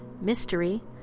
mystery